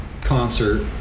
concert